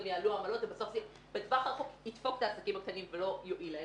גם יעלו העמלות ובטווח הרחוק זה ידפוק את העסקים הקטנים ולא יועיל להם.